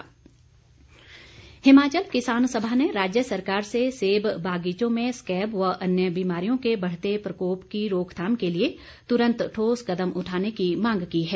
किसान सभा हिमाचल किसान सभा ने राज्य सरकार से सेब बागीचों में स्कैब व अन्य बीमारियों के बढ़ते प्रकोप की रोकथाम के लिए तुरंत ठोस कदम उठाने की मांग की है